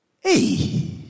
Hey